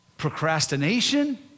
procrastination